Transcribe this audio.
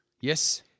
Yes